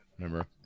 Remember